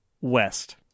West